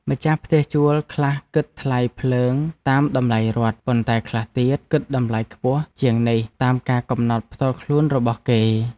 ម្ចាស់ផ្ទះជួលខ្លះគិតថ្លៃភ្លើងតាមតម្លៃរដ្ឋ ប៉ុន្តែខ្លះទៀតគិតតម្លៃខ្ពស់ជាងនេះតាមការកំណត់ផ្ទាល់ខ្លួនរបស់គេ។